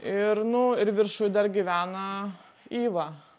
ir nu ir viršuj dar gyvena yva